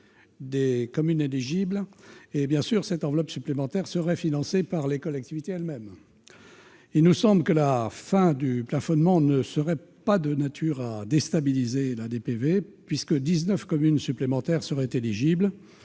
des communes éligibles. Cette enveloppe supplémentaire serait financée par les collectivités elles-mêmes. Il nous semble que la fin du plafonnement ne serait pas de nature à déstabiliser la DPV, puisque 19 communes supplémentaires seraient éligibles